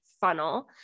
funnel